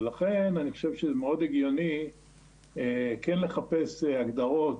ולכן אני חושב שמאוד הגיוני כן לחפש הגדרות,